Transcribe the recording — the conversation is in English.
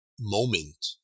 moment